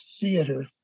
theater